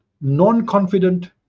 non-confident